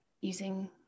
using